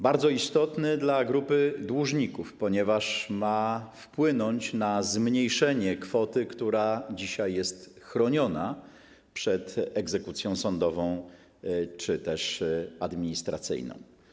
Bardzo istotny jest dla grupy dłużników, ponieważ ma wpłynąć na zmniejszenie kwoty, która dzisiaj jest chroniona przed egzekucją sądową czy też administracyjną.